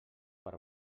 per